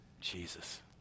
Jesus